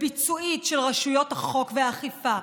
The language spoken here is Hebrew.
וביצועית של רשויות החוק והאכיפה.